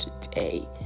today